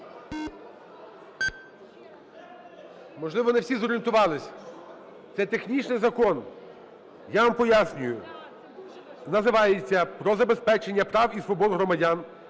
Можливо, не всі зоорієнтувались. Це технічний закон. Я вам пояснюю, називається "Про забезпечення прав і свобод громадян